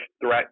threat